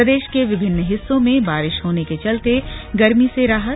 प्रदेश के विभिन्न हिस्सों में हई बारिश होने के चलते गर्मी से राहत